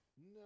no